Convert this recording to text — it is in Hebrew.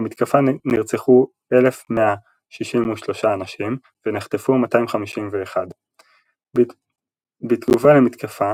במתקפה נרצחו 1163 אנשים ונחטפו 251. בתגובה למתקפה